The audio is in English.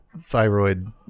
thyroid